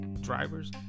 drivers